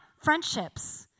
friendships